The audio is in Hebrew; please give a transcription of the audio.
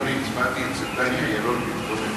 אדוני, הצבעתי אצל דני אילון במקום אצלי.